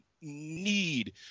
need